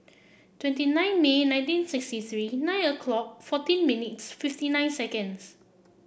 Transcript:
twenty nine May nineteen sixty three nine o'clock fourteen minutes fifty nine seconds